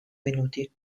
venuti